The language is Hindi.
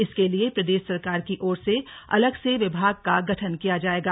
इसके लिए प्रदेश सरकार की ओर से अलग से विभाग का गठन किया जायेगा